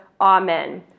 Amen